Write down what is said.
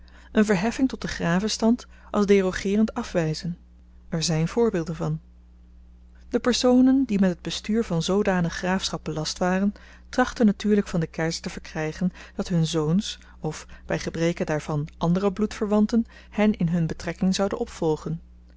was autochthoon een verheffing tot den gravenstand als derogeerend afwyzen er zyn voorbeelden van de personen die met het bestuur van zoodanig graafschap belast waren trachtten natuurlyk van den keizer te verkrygen dat hun zoons of by gebreke daarvan andere bloedverwanten hen in hun betrekking zouden opvolgen